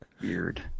weird